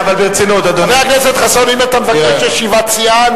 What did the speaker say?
אם אתה מבקש ישיבת סיעה,